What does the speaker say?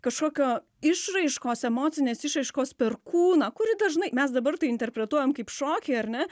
kažkokio išraiškos emocinės išraiškos per kūną kuri dažnai mes dabar tai interpretuojam kaip šokį ar ne